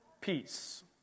peace